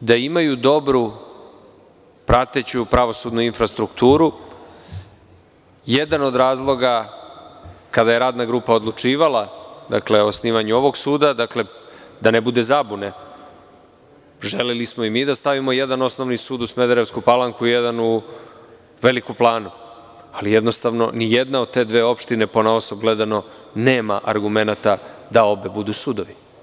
da imaju dobru prateću pravosudnu infrastrukturu, jedan od razloga kada je radna grupa odlučivala o osnivanju ovog suda, da ne bude zabune, želeli smo i mi da stavimo jedan Osnovni sud u Smederevsku Palanku, jedan u Velikoj Plani, ali, jednostavno, nijedna od te dve opštine ponaosob nema argumenata da obe budu sudovi.